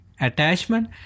attachment